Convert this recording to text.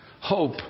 Hope